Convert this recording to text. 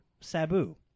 Sabu